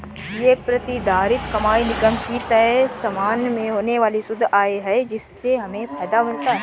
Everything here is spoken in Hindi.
ये प्रतिधारित कमाई निगम की तय समय में होने वाली शुद्ध आय है जिससे हमें फायदा मिलता है